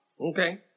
Okay